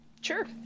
Sure